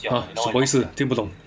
ah 什么意思听不懂